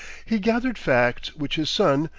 he gathered facts which his son,